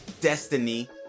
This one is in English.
destiny